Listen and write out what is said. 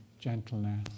gentleness